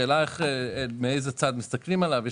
השאלה מאיזה צד מסתכלים עליו.